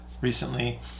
recently